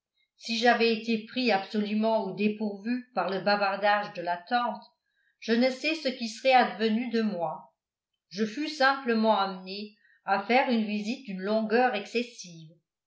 si j'avais été pris absolument au dépourvu par le bavardage de la tante je ne sais ce qui serait advenu de moi je fus simplement amené à faire une visite d'une longueur excessive